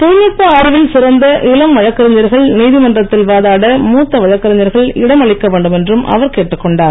தொழில் நுட்ப அறிவில் சிறந்த இளம் வழக்கறிஞர்கள் நீதிமன்றத்தில் வாதாட மூத்த வழக்கறிஞர்கள் இடம் அளிக்க வேண்டுமென்றும் அவர் கேட்டுக் கொண்டார்